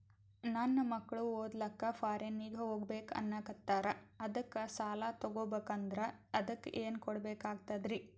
ನನ್ನ ಮಕ್ಕಳು ಓದ್ಲಕ್ಕ ಫಾರಿನ್ನಿಗೆ ಹೋಗ್ಬಕ ಅನ್ನಕತ್ತರ, ಅದಕ್ಕ ಸಾಲ ತೊಗೊಬಕಂದ್ರ ಅದಕ್ಕ ಏನ್ ಕೊಡಬೇಕಾಗ್ತದ್ರಿ?